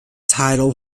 title